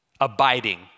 Abiding